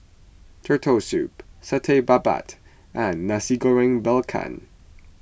Turtle Soup Satay Babat and Nasi Goreng Belacan